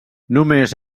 només